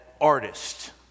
artist